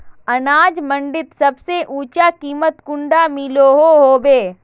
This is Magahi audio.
अनाज मंडीत सबसे ऊँचा कीमत कुंडा मिलोहो होबे?